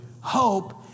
Hope